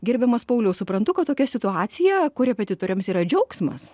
gerbiamas pauliau suprantu kad tokia situacija korepetitoriams yra džiaugsmas